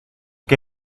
que